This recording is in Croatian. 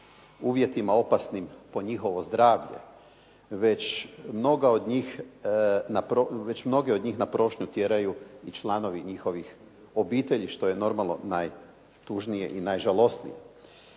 uvjetima opasnim po njihovo zdravlje, već mnoge od njih na prošnju tjeraju i članovi njihovih obitelji što je, normalno, najtužnije i najžalosnije.